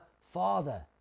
Father